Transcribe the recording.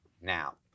Now